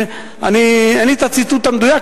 אין לי הציטוט המדויק,